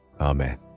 Amen